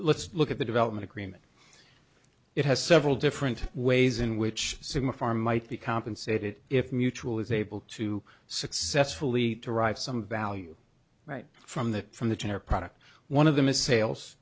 let's look at the development agreement it has several different ways in which sim a farm might be compensated if mutual is able to successfully derive some value right from the from the turner product one of them is sales